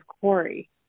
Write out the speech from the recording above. Corey